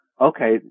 okay